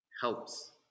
helps